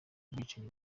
kumwicira